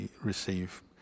receive